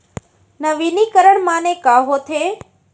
नवीनीकरण माने का होथे?